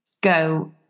go